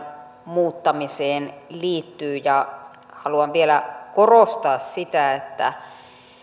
muuttamiseen liittyy haluan vielä korostaa sitä että